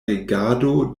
regado